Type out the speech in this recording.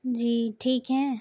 جی ٹھیک ہے